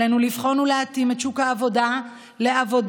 עלינו לבחון ולהתאים את שוק העבודה לעבודה